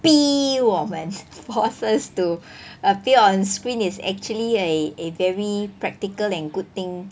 逼我们 force us to appear on screen is actually a a very practical and good thing